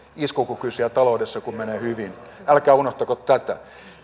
iskukykyisiä taloudessa kun menee hyvin älkää unohtako tätä